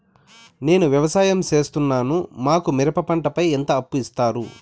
నేను వ్యవసాయం సేస్తున్నాను, మాకు మిరప పంటపై ఎంత అప్పు ఇస్తారు